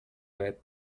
with